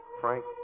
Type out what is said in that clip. Frank